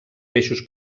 peixos